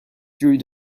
through